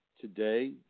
Today